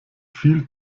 viel